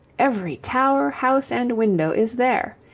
every tower, house, and window is there.